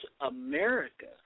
America